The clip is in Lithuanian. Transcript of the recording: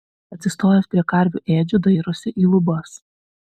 atsistojęs prie karvių ėdžių dairosi į lubas